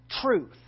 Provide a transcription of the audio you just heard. truth